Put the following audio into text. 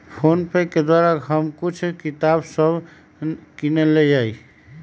PhonePe के द्वारा हम कुछ किताप सभ किनलियइ